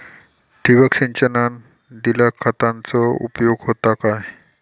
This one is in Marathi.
ठिबक सिंचनान दिल्या खतांचो उपयोग होता काय?